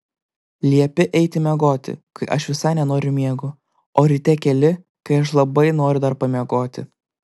liepi eiti miegoti kai aš visai nenoriu miego o ryte keli kai aš labai noriu dar pamiegoti